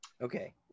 Okay